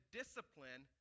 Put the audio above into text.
discipline